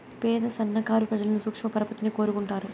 పేద సన్నకారు ప్రజలు సూక్ష్మ పరపతిని కోరుకుంటారు